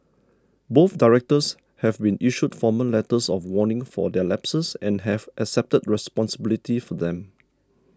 both directors have been issued formal letters of warning for their lapses and have accepted responsibility for them